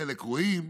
חלק רואים,